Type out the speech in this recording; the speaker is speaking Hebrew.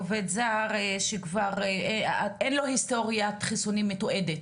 עובד זר שכבר אין לו היסטוריית חיסונים מתועדת.